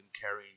carrying